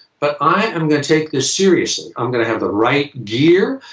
but i am gonna take this seriously. i'm gonna have the right gear,